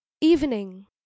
Evening